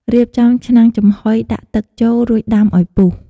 រៀបចំឆ្នាំងចំហុយ ដាក់ទឹកចូល រួចដាំឲ្យពុះ។